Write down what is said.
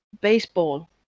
baseball